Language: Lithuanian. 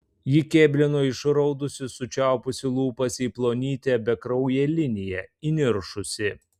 ji kėblino išraudusi sučiaupusi lūpas į plonytę bekrauję liniją įniršusi